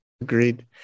Agreed